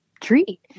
treat